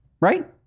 Right